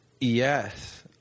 Yes